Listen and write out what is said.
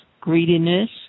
greediness